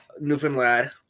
Newfoundland